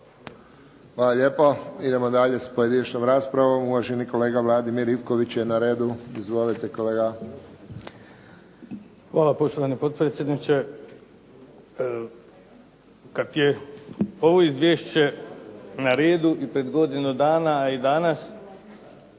Hvala lijepo. Idemo dalje s pojedinačnom raspravom. Uvaženi kolega Vladimir Ivković je na redu. Izvolite, kolega. **Ivković, Vladimir (HDZ)** Hvala, poštovani potpredsjedniče. Kad je ovo izvješće na radu i pred godinu, a i danas,